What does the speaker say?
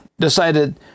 decided